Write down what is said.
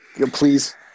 Please